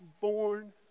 born